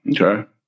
Okay